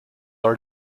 are